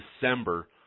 December